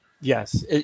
Yes